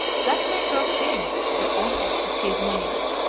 that maker of kings, the author, as he is named,